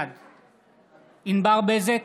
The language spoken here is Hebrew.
בעד ענבר בזק,